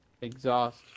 exhaust